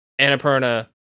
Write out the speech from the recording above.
Annapurna